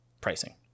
pricing